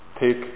take